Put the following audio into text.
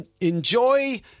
enjoy